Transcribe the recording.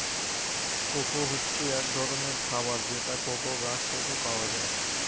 cocoa হচ্ছে এক ধরনের খাবার যেটা কোকো গাছ থেকে পাওয়া যায়